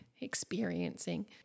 experiencing